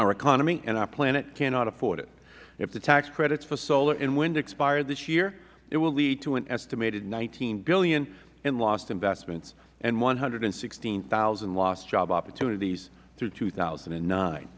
our economy and our planet cannot afford it if the tax credits for solar and wind expire this year it will lead to an estimated nineteen dollars billion in lost investments and one hundred and sixteen thousand lost job opportunities through two thousand and nine